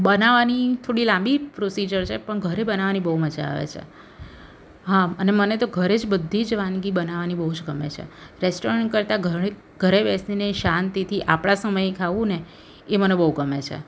બનાવવાની થોડી લાંબી પ્રોસીજર છે પણ ઘરે બનાવવાની બહુ મજા આવે છે હા અને મને તો ઘરે જ બધી જ વાનગી બનાવવાની બહુ જ ગમે છે રેસ્ટોરન્ટ કરતાં ઘરે બેસીને શાંતિથી આપણા સમયે ખાવું ને એ મને બહુ ગમે છે